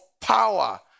power